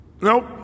Nope